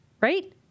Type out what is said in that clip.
Right